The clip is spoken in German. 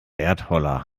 erdholler